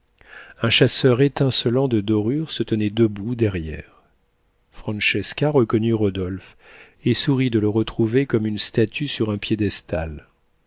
un chasseur étincelant de dorures se tenait debout derrière francesca reconnut rodolphe et sourit de le retrouver comme une statue sur un piédestal